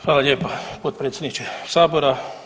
Hvala lijepa potpredsjedniče sabora.